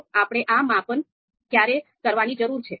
તો આપણે આ માપન ક્યારે કરવાની જરૂર છે